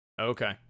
okay